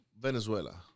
Venezuela